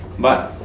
but